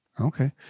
Okay